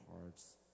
hearts